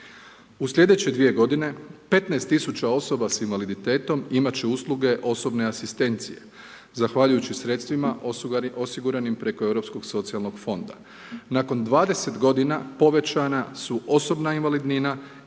U sljedeće 2 godine 15 000 osoba s invaliditetom imat će usluge osobne asistencije zahvaljujući sredstvima osiguranim preko europskog socijalnog fonda. Nakon 20 godina povećana su osobna invalidnina i